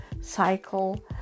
cycle